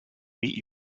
meet